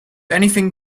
anything